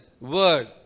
word